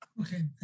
Okay